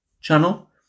channel